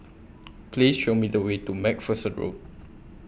Please Show Me The Way to MacPherson Road